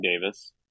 Davis